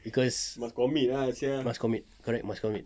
cause must commit correct must commit